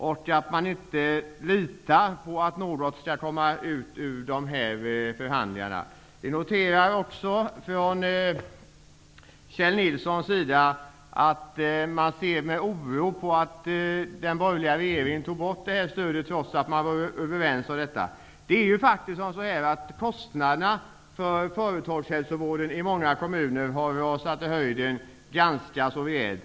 Litar man inte på att något skall komma ut av dessa förhandlingar? Jag noterar också att Kjell Nilsson ser med oro på att den borgerliga regeringen tog bort stödet, trots att man var överens om detta. Kostnaderna för företagshälsovården har i många kommuner rasat i höjden ganska så rejält.